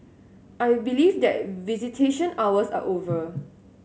I believe that visitation hours are over